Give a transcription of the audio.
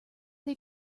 they